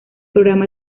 programa